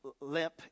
limp